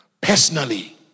Personally